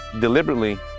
deliberately